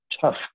tough